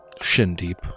shin-deep